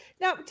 Now